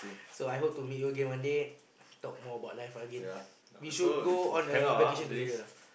so I hope to meet you again one day talk more about life again we should go on a vacation together lah